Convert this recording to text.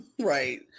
right